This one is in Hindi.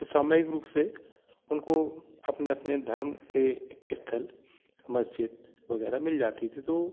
तो सामयिक रूक से उनको अपने अपने धर्म के इस्थल मस्जिद वग़ैरह मिल जाती थी तो